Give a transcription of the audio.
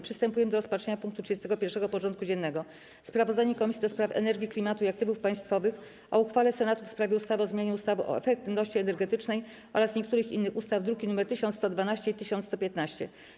Przystępujemy do rozpatrzenia punktu 31. porządku dziennego: Sprawozdanie Komisji do Spraw Energii, Klimatu i Aktywów Państwowych o uchwale Senatu w sprawie ustawy o zmianie ustawy o efektywności energetycznej oraz niektórych innych ustaw (druki nr 1112 i 1115)